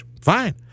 fine